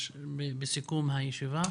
בסיכום הישיבה.